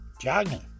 jogging